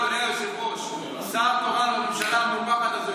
אנחנו עוברים לרשימת הדוברים, שננעלת ברגע זה.